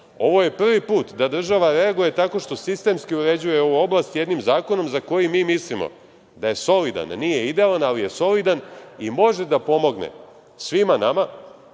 je prvi put da država reaguje tako što sistemski uređuje ovu oblast jednim zakon za koji mi mislimo da je solidan, nije idealan, ali je solidan i može da pomogne svima nama